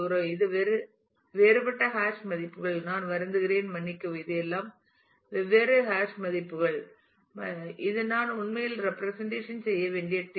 எனவே இது வேறுபட்ட ஹாஷ் மதிப்புகள் நான் வருந்துகிறேன் மன்னிக்கவும் இது எல்லாம் வெவ்வேறு ஹாஷ் மதிப்புகள் மற்றும் இது நான் உண்மையில் ரெப்பிரசன்டேஷன் செய்ய வேண்டிய டேபிள்